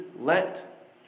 let